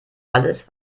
alles